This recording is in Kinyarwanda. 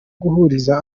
guhuriza